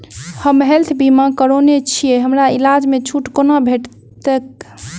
हम हेल्थ बीमा करौने छीयै हमरा इलाज मे छुट कोना भेटतैक?